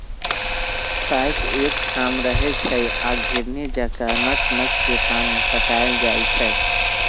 pipe एकठाम रहै छइ आ घिरणी जका नच नच के पानी पटायल जाइ छै